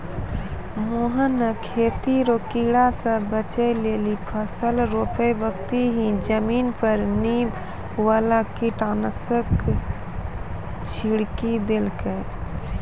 मोहन नॅ खेती रो कीड़ा स बचै लेली फसल रोपै बक्ती हीं जमीन पर नीम वाला कीटनाशक छिड़की देलकै